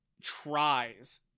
tries